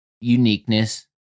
uniqueness